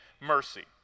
mercy